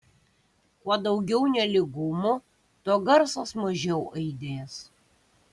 kuo daugiau nelygumų tuo garsas mažiau aidės